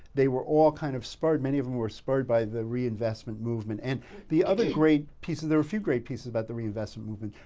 they were all kind of spurred, many of them were spurred by the reinvestment movement. and the other great piece there are a few great pieces about the reinvestment movement.